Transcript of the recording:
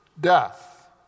death